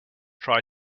try